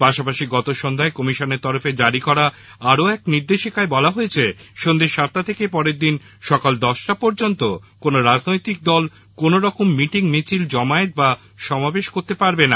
পাশাপাশি গতকাল কমিশনের তরফে জারি করা আরও এক নির্দেশিকায় বলা হয়েছে সন্ধে সাতটা থেকে পরদিন সকাল দশটা পর্যন্ত কোনো রাজনৈতিক দল কোন রকমের মিটিং মিছিল জমায়েত বা সমাবেশ করতে পারবে না